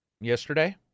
yesterday